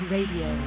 Radio